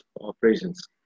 operations